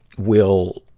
will,